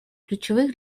ключевых